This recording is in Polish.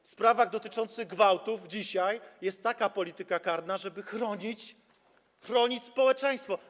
W sprawach dotyczących gwałtów dzisiaj jest taka polityka karna, żeby chronić społeczeństwo.